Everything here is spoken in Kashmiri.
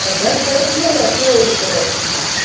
نہَ برٛش کَٹَر چھُ نہٕ حظ اَز سٲری کَران اِستعمال